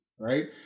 Right